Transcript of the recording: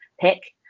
pick